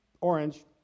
Orange